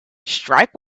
strike